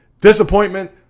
disappointment